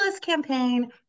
campaign